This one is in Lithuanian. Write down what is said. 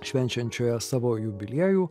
švenčiančioje savo jubiliejų